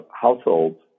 households